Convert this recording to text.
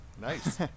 Nice